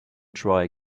try